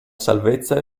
salvezza